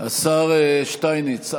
השר שטייניץ,